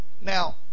now